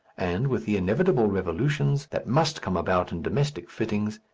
and with the inevitable revolutions that must come about in domestic fittings,